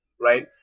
right